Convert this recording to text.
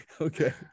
Okay